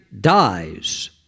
dies